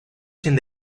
sin